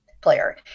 player